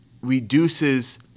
reduces